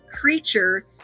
creature